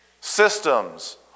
systems